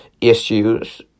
issues